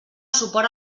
suport